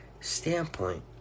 standpoint